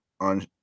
On